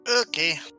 Okay